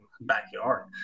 backyard